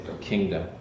kingdom